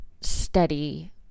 steady